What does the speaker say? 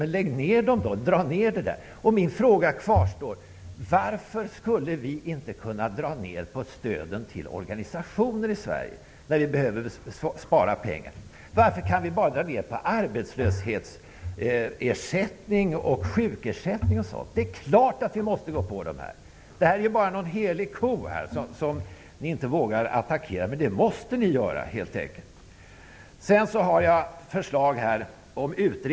Men dra ner stödet då! Min fråga kvarstår: Varför skulle vi inte kunna dra ner stöden till organisationer i Sverige, när vi nu behöver spara pengar? Varför kan vi bara dra ner arbetslöshetsersättning, sjukersättning och annat? Det är klart att vi också måste ge oss på organisationerna. Detta är bara fråga om någon helig ko som ni inte vågar attackera, men det måste ni helt enkelt göra. Jag har förslag till utredningar.